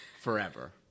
forever